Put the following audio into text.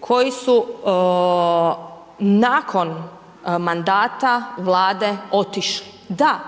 koji su nakon mandata Vlade otišli. Da,